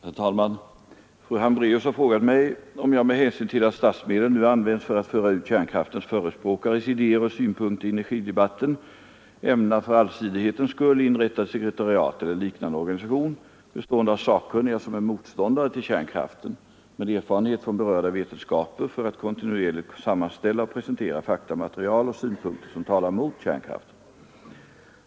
Herr talman! Fru Hambraeus har frågat mig om jag med hänsyn till att statsmedel nu används för att föra ut kärnkraftens förespråkares idéer och synpunkter i energidebatten, ämnar, för allsidighetens skull, inrätta ett sekretariat eller liknande organisation, betående av sakkunniga, som är motståndare till kärnkraften, med erfarenhet från berörda vetenskaper, för att kontinuerligt sammanställa och presentera faktamaterial och synpunkter som talar mot kärnkraften.